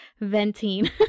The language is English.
venting